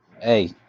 Hey